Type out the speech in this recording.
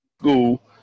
school